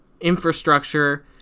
infrastructure